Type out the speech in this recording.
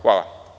Hvala.